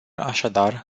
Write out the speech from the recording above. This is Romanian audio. așadar